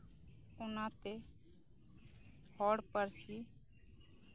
ᱚᱱᱟᱛᱮ ᱦᱚᱲ ᱯᱟᱹᱨᱥᱤ